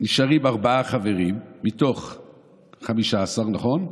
נשארים ארבעה חברים מתוך 15, נכון?